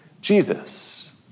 Jesus